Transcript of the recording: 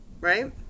right